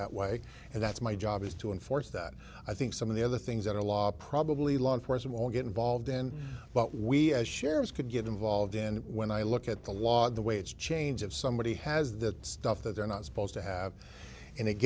that way and that's my job is to enforce that i think some of the other things that a lot probably law enforcement will get involved in but we as shares could get involved in when i look at the law the way it's change of somebody has that stuff that they're not supposed to have and it